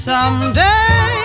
Someday